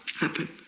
happen